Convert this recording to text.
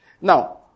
Now